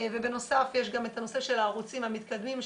בנוסף יש את הנושא של הערוצים המתקדמים,